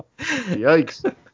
Yikes